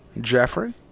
Jeffrey